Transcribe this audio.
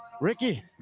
Ricky